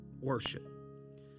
worship